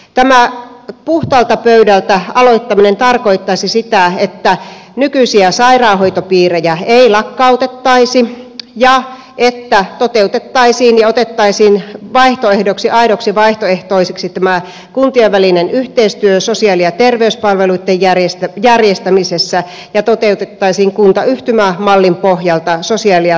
tämä puhtaalta pöydältä aloittaminen tarkoittaisi sitä että nykyisiä sairaanhoitopiirejä ei lakkautettaisi ja että otettaisiin vaihtoehdoksi aidoksi vaihtoehdoksi tämä kuntien välinen yhteistyö sosiaali ja terveyspalveluitten järjestämisessä ja toteutettaisiin kuntayhtymämallin pohjalta sosiaali ja terveyspalvelut